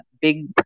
big